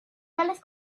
tales